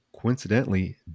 coincidentally